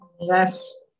Yes